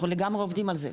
אנחנו לגמרי עובדים על זה,